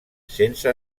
sense